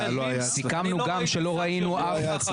סיכמנו גם שלא ראינו אף פעם